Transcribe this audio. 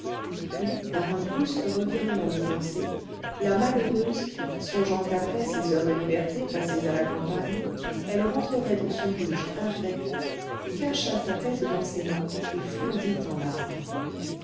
puis par un brusque revirement de pensée la malheureuse songeant qu'après ces heures de liberté passées à la campagne elle rentrerait dans son bouge infect cacha sa tête dans ses mains et fondit en larmes